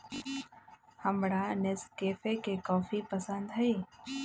हमरा नेस्कैफे के कॉफी पसंद हई